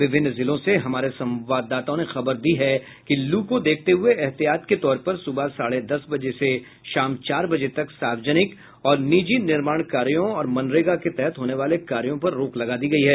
विभिन्न जिलों से हमारे संवाददाताओं ने खबर दी है कि लू को देखते हुए एहतियात के तौर पर सुबह साढ़े दस बजे से शाम चार बजे तक सार्वजनिक और निजी निर्माण कार्यों और मनरेगा के तहत होने वाले कार्यों पर रोक लगा दी गयी है